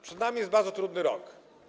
Przed nami jest bardzo trudny rok.